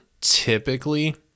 typically